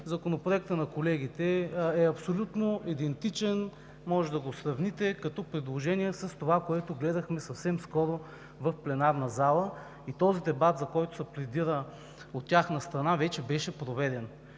Законопроектът на колегите е абсолютно идентичен. Може да го сравните като предложение с това, което гледахме съвсем скоро в пленарната зала. Този дебат, за който се пледира от тяхна страна, вече беше проведен.